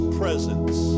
presence